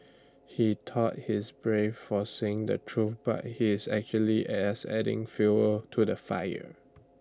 he thought he's brave for saying the truth but he's actually as adding fuel to the fire